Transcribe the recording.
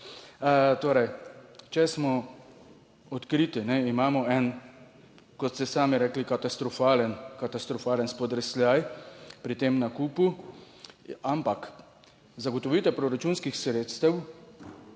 Torej, če smo odkriti, imamo en, kot ste sami rekli, katastrofalen, katastrofalen spodrsljaj pri tem nakupu. Ampak zagotovitev proračunskih sredstev,